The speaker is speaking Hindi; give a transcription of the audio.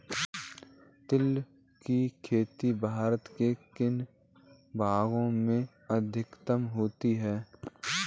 तिल की खेती भारत के किन भागों में अधिकतम होती है?